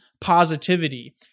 positivity